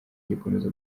gikomeza